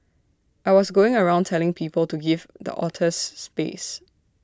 I was going around telling people to give the otters space